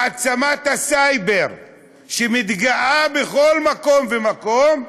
מעצמת הסייבר שמתגאה בכל מקום ומקום,